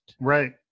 Right